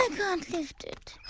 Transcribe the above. ah can't lift it!